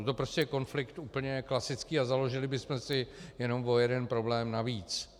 To je prostě konflikt úplně klasický a založili bychom si jenom o jeden problém navíc.